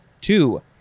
Two